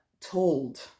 told